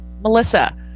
Melissa